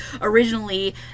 originally